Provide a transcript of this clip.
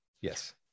yes